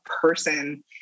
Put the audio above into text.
person